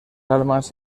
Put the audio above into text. almas